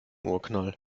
urknall